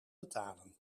betalen